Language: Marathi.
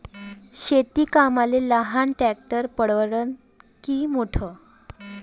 शेती कामाले लहान ट्रॅक्टर परवडीनं की मोठं?